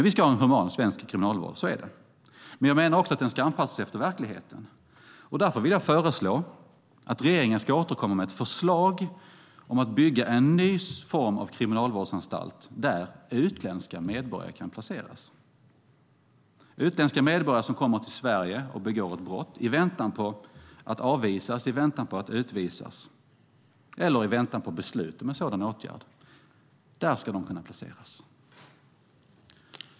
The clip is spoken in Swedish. Vi ska ha en human svensk kriminalvård; så är det. Men jag menar också att den ska anpassas efter verkligheten. Därför vill jag föreslå att regeringen återkommer med ett förslag om att bygga en ny form av kriminalvårdsanstalt där utländska medborgare kan placeras. Det gäller utländska medborgare som kommer till Sverige och begår brott i väntan på att avvisas eller utvisas eller i väntan på beslut om en sådan åtgärd. Där ska de kunna placeras.